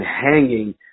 hanging